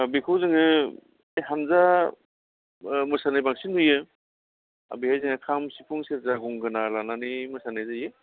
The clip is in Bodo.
दा बेखौ जोङो हान्जा मोसानाय बांसिन नुयो दा बेहाय जोंहा खाम सिफुं सेरजा गंगोना लानानै मोसानाय जायो